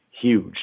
huge